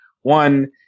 One